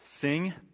sing